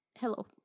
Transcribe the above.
hello